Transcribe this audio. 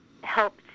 help